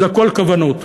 זה הכול כוונות.